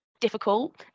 difficult